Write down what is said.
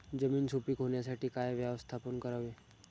जमीन सुपीक होण्यासाठी काय व्यवस्थापन करावे?